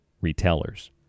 Retailers